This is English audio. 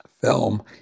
film